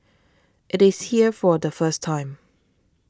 it is here for the first time